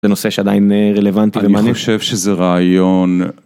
בנושא שעדיין רלוונטי ואני חושב שזה רעיון.